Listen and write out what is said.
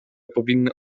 powinny